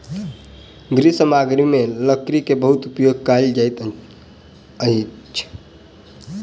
गृह सामग्री में लकड़ी के बहुत उपयोग कयल जाइत अछि